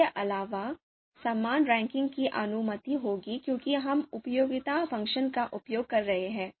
इसके अलावा समान रैंकिंग की अनुमति होगी क्योंकि हम उपयोगिता फ़ंक्शन का उपयोग कर रहे हैं